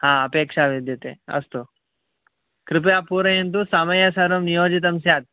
हा अपेक्षा विद्यते अस्तु कृपया पूरयन्तु समये सर्वं नियोजितं स्यात्